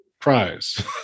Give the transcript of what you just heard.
prize